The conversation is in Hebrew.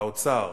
האוצר